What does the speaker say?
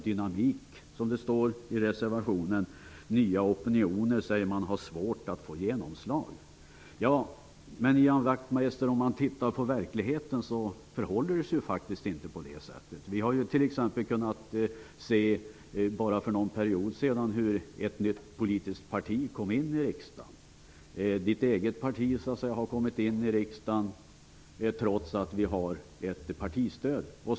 Det står vidare att nya opinioner har svårt att få genomslag. Men, Ian Wachtmeister, i verkligheten förhåller det sig inte så. Vi har t.ex. bara för någon tid sedan sett hur ett nytt politiskt parti kom in i riksdagen. Ny demokrati kom in i riksdagen trots att vi har ett partistöd.